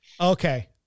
okay